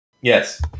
Yes